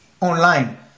online